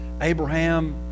Abraham